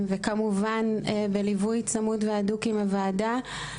וכמובן בליווי צמוד והדוק עם הוועדה.